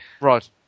Right